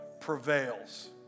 prevails